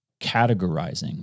categorizing